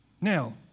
Now